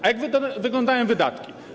A jak wyglądają wydatki?